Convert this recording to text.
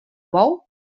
bou